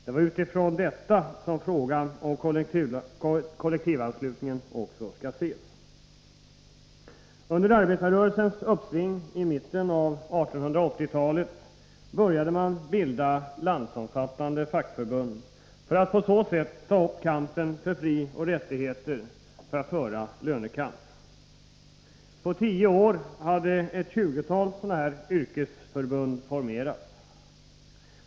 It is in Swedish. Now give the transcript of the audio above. Det är utifrån detta som frågan om kollektivanslutningen också skall ses. Under arbetarrörelsens uppsving i mitten av 1880-talet började man bilda landsomfattande fackförbund, för att på så sätt ta upp kampen för frioch rättigheter och att föra lönekamp. På tio år hade ett tjugotal sådana yrkesförbund formerats.